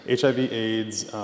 HIV/AIDS